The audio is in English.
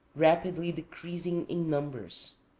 rapidly decreasing in numbers.